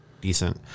decent